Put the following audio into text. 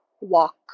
walk